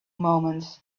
moments